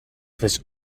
this